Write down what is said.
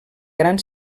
gran